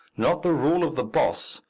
not the rule of the boss,